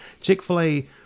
Chick-fil-A